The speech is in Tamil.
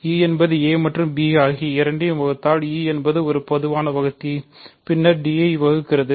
e என்பது a மற்றும் b ஆகிய இரண்டையும் வகுத்தால் e என்பது ஒரு பொதுவான வகுத்தி பின்னர் d ஐ வகுக்கிறது